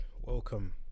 welcome